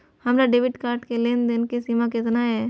हमार debit card के लेन देन के सीमा केतना ये?